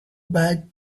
back